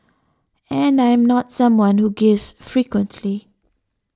and I am not someone who gives frequently